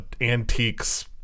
antiques